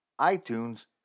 iTunes